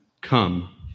Come